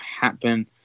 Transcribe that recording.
happen